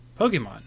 Pokemon